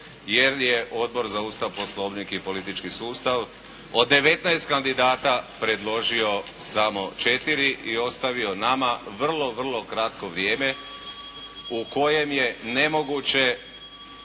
jer je Odbor za Ustav, Poslovnik i politički sustav od 19 kandidata predložio samo 4 i ostavio nama vrlo vrlo kratko vrijeme u kojem je nemoguće